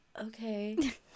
okay